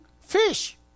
fish